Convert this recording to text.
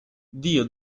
dio